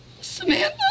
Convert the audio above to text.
Samantha